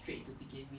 need to be